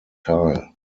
teil